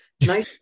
nice